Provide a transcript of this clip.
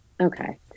Okay